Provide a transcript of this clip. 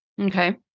Okay